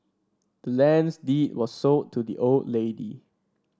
the land's deed was sold to the old lady